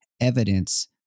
evidence